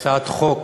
הצעת חוק